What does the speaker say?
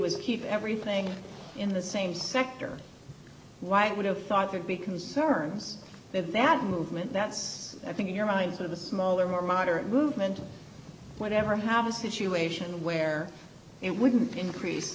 was keep everything in the same sector white would have thought there'd be concerns that that movement that's i think in your minds of the smaller more moderate movement or whatever have a situation where it wouldn't increase